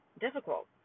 difficult